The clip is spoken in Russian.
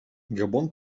габон